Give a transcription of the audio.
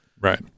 Right